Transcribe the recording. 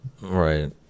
right